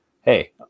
Hey